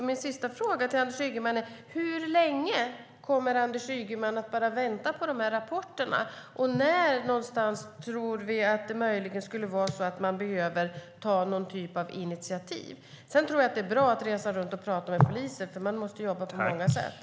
Min sista fråga till Anders Ygeman är: Hur länge kommer Anders Ygeman att bara vänta på dessa rapporter, och när tror han att man möjligen behöver ta någon typ av initiativ? Sedan tror jag att det är bra att resa runt och prata med poliser, för man måste jobba på många sätt.